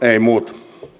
ei muuta